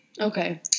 Okay